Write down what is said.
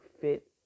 fit